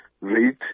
rate